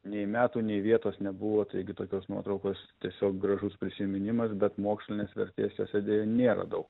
nei metų nei vietos nebuvo taigi tokios nuotraukos tiesiog gražus prisiminimas bet mokslinės vertės jose deja nėra daug